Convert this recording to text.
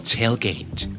Tailgate